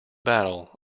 battle